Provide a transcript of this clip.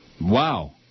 Wow